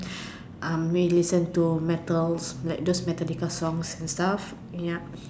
um we listen to metals like those Metallica songs and stuff yup